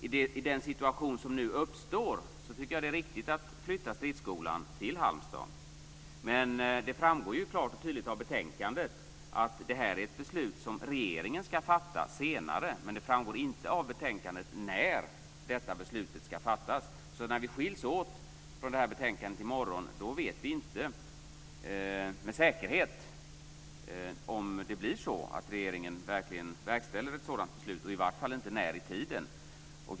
I den situation som nu uppstår tycker jag att det är riktigt att flytta stridsskolan till Halmstad, men det framgår klart av betänkandet att det är ett beslut som regeringen ska fatta senare. Det framgår dock inte av betänkandet när detta beslut ska fattas. När vi skiljs från detta betänkande i morgon vet vi alltså inte med säkerhet om det blir så att regeringen verkställer ett sådant beslut, i vart fall inte när det kommer att ske.